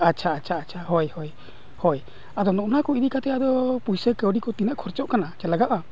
ᱟᱪᱪᱷᱟ ᱟᱪᱪᱷᱟ ᱦᱳᱭ ᱦᱳᱭ ᱦᱳᱭ ᱟᱫᱚ ᱱᱚᱜᱼᱚ ᱱᱚᱣᱟ ᱠᱚ ᱤᱫᱤ ᱠᱟᱛᱮᱫ ᱟᱫᱚ ᱯᱩᱭᱥᱟᱹ ᱠᱟᱹᱣᱰᱤ ᱠᱚ ᱛᱤᱱᱟᱹᱜ ᱠᱷᱚᱨᱪᱚᱜ ᱠᱟᱱᱟ ᱥᱮ ᱞᱟᱜᱟᱜᱼᱟ